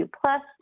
plus